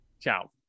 ciao